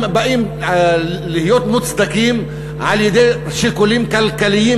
באים להיות מוצדקים על-ידי שיקולים כלכליים,